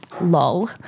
lol